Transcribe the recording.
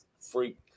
freak